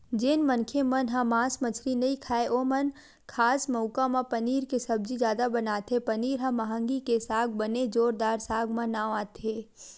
जेन मनखे मन ह मांस मछरी नइ खाय ओमन खास मउका म पनीर के सब्जी जादा बनाथे पनीर ह मंहगी के संग बने जोरदार साग म नांव आथे